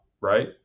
right